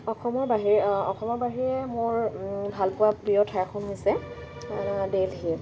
অসমৰ বাহিৰ অসমৰ বাহিৰে মোৰ ভালপোৱা প্ৰিয় ঠাইখন হৈছে দেলহি